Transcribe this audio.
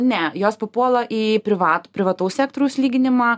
ne jos papuola į privat privataus sektoriaus lyginimą